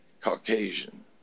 Caucasian